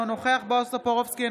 אינו נוכח בועז טופורובסקי,